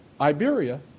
Iberia